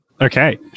Okay